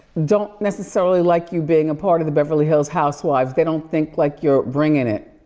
don't necessarily like you being a part of the beverly hills housewives, they don't think like you're bringing it.